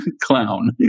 Clown